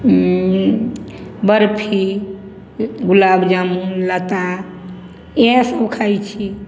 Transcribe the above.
बर्फी गुलाबजामुन लता इएह सब खाइ छी